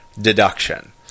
deduction